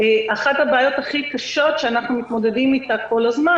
אחת הבעיות הכי הקשות שאנחנו מתמודדים איתה כל הזמן